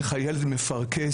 איך הילד מפרכס,